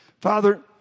Father